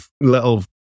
little